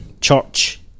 Church